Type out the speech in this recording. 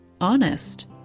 honest